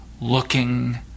looking